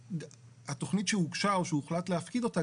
שהתכנית שהוגשה או שהוחלט הפקיד אותה,